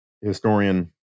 historian